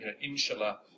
inshallah